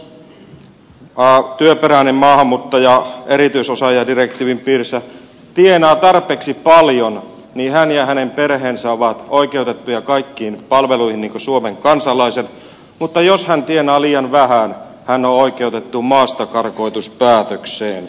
jos työperäinen maahanmuuttaja erityisosaajadirektiivin piirissä tienaa tarpeeksi paljon niin hän ja hänen perheensä ovat oikeutettuja kaikkiin palveluihin niin kuin suomen kansalaiset mutta jos hän tienaa liian vähän hän on oikeutettu maastakarkotuspäätökseen